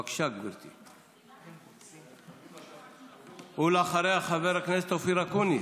בבקשה, גברתי, ואחריה, חבר הכנסת אופיר אקוניס,